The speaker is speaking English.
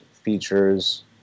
features